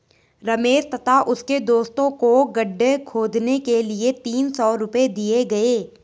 रमेश तथा उसके दोस्तों को गड्ढे खोदने के लिए तीन सौ रूपये दिए गए